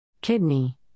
Kidney